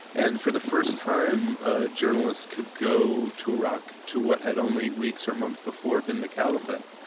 and for the first time a journalist could go to iraq to what had only weeks or months before been the caliphate,